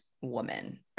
woman